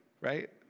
right